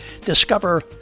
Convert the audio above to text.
discover